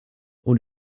und